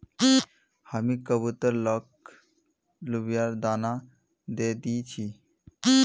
हामी कबूतर लाक लोबियार दाना दे दी छि